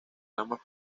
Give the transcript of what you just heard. ramas